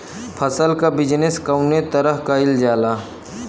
फसल क बिजनेस कउने तरह कईल जाला?